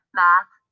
math